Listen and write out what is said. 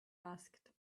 asked